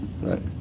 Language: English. right